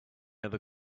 other